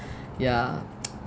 ya